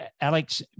Alex